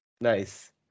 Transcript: Nice